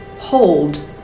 hold